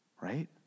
right